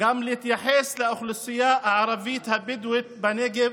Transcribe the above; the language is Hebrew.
גם להתייחס לאוכלוסייה הערבית הבדואית בנגב